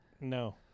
No